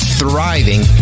thriving